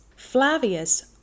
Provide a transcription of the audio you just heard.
Flavius